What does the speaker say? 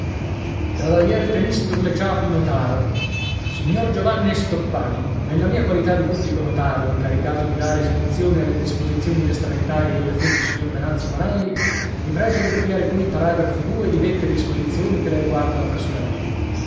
e quale signor giovanni stoppani nella mia qualità di pubblico notaro incaricato di dare esecuzione alle disposizioni testamentarie del defunto signor venanzio maralli mi pregio ricopiare qui il paragrafo due di dette disposizioni che la riguardano personalmente